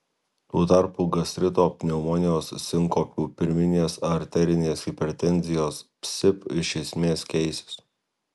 tuo tarpu gastrito pneumonijos sinkopių pirminės arterinės hipertenzijos psip iš esmės keisis